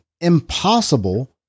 impossible